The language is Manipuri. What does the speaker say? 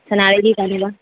ꯁꯅꯥꯔꯩꯒꯤ